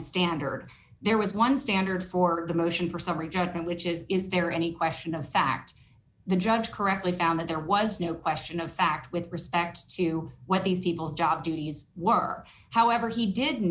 standard there was one standard for the motion for summary judgment which is is there any question of fact the judge correctly found that there was no question of fact with respect to what these people's job duties were however he did